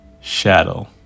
shadow